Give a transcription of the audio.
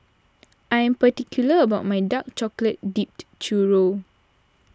I am particular about my Dark Chocolate Dipped Churro